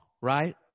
right